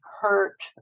hurt